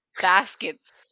baskets